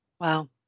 Wow